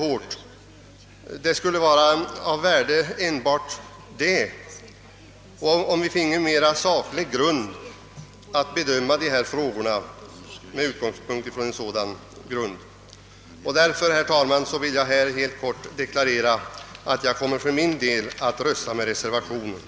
Enbart detta skulle vara av värde, att vi finge möjlighet att bedöma frågorna med utgångspunkt från en mera saklig grund. Därför, herr talman, vill jag helt kort deklarera att jag kommer att rösta för reservationen.